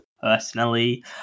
personally